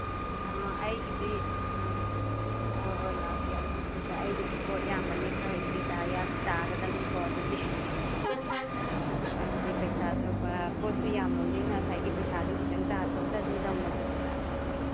ꯑ ꯑꯩꯒꯤꯗꯤ ꯑ ꯍꯣꯏ ꯍꯣꯏ ꯂꯥꯛꯀꯦ ꯑꯗꯨꯗꯨꯒ ꯑꯩꯒꯤꯗꯤ ꯄꯣꯠ ꯌꯥꯝꯕꯅꯤ ꯈꯔ ꯏꯆꯦ ꯇꯥꯒꯗꯕꯅꯤꯀꯣ ꯑꯗꯨꯗꯤ ꯃꯔꯝꯗꯤ ꯄꯩꯁꯥꯗꯨ ꯄꯣꯠꯇꯨ ꯌꯥꯝꯃꯕꯅꯤꯅ ꯄꯩꯁꯥꯗꯨ ꯈꯖꯤꯛꯇꯪ ꯇꯥꯊꯣꯛ ꯇꯥꯁꯤꯟ ꯇꯧꯅꯁꯦ ꯍꯥꯏꯕ